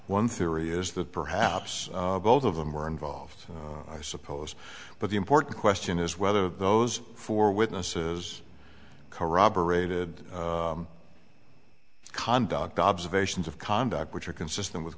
one theory is that perhaps both of them were involved i suppose but the important question is whether those four witnesses corroborated conduct observations of conduct which are consistent with